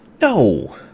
No